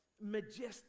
majestic